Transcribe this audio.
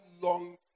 long